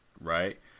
right